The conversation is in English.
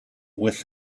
with